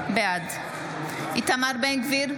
בעד איתמר בן גביר,